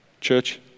Church